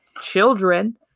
children